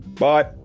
Bye